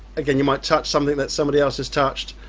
again you might touch something that somebody else has touched.